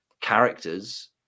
characters